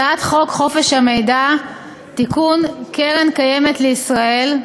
הצעת חוק חופש המידע (תיקון, קרן קיימת לישראל),